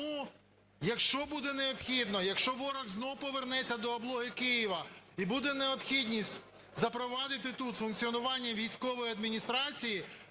тому якщо буде необхідно, якщо ворог знову повернеться до облоги Києва і буде необхідність запровадити тут функціонування військової адміністрації,